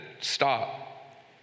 stop